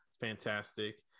fantastic